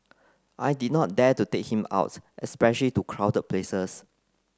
I did not dare to take him out especially to crowded places